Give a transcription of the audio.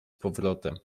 powrotem